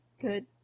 good